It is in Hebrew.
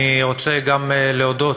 אני רוצה גם להודות